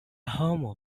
homo